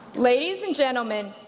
ladies and gentlemen,